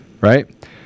right